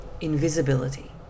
invisibility